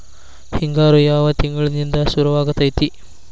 ಹಿಂಗಾರು ಯಾವ ತಿಂಗಳಿನಿಂದ ಶುರುವಾಗತೈತಿ?